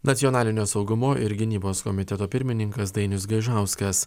nacionalinio saugumo ir gynybos komiteto pirmininkas dainius gaižauskas